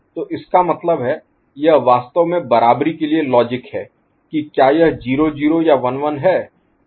तो इसका मतलब है यह वास्तव में बराबरी के लिए लॉजिक Logic तर्क है कि क्या यह 0 0 या 1 1 है